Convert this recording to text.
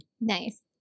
Nice